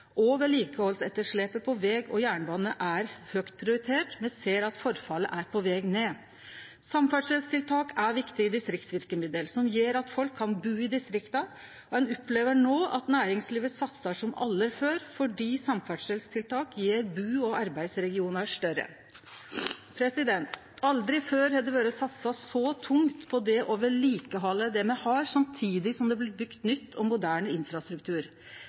på veg og jernbane er høgt prioritert. Me ser at forfallet er på veg ned. Samferdselstiltak er viktige distriktsverkemiddel, som gjer at folk kan bu i distrikta, og ein opplever no at næringslivet satsar som aldri før fordi samferdselstiltak gjer bu- og arbeidsregionar større. Aldri før har det vore satsa så tungt på å vedlikehalde det me har, samtidig som det blir bygt ny og moderne infrastruktur.